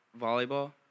volleyball